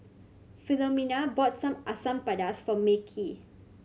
Philomena bought Asam Pedas for Mekhi